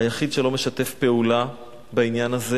היחיד שלא משתף פעולה בעניין הזה